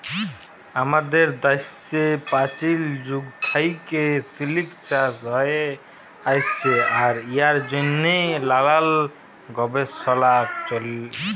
আমাদের দ্যাশে পাচীল যুগ থ্যাইকে সিলিক চাষ হ্যঁয়ে আইসছে আর ইয়ার জ্যনহে লালাল গবেষলা চ্যলে